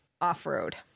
off-road